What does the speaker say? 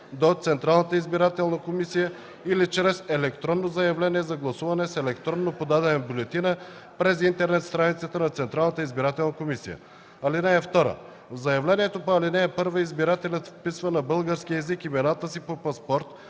до Централната избирателна комисия или чрез електронно заявление за гласуване с електронно подадена бюлетина през интернет страницата на Централната избирателна комисия. (2) В заявлението по ал. 1 избирателят вписва на български език имената си по паспорт,